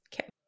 Okay